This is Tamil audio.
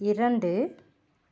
இரண்டு